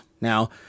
Now